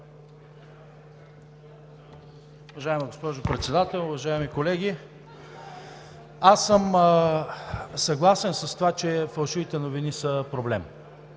Уважаема госпожо Председател, уважаеми колеги! Аз съм съгласен с това, че фалшивите новини са проблем.